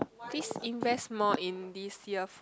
please invest more in this earphone